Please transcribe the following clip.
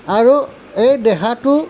আৰু এই দেহাটো